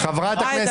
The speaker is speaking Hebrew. ההסתייגות הבאה,